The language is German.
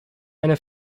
eine